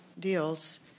deals